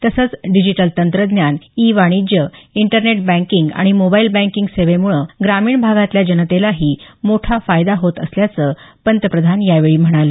तसंच डिजीटल तंत्रज्ञान इ वाणिज्य इंटरनेट बँकींग आणि मोबाईल बँकींग सेवेमुळं ग्रामीण भागातल्या जनतेलाही मोठा फायदा होत असल्याचं पंतप्रधान मोदी यावेळी म्हणाले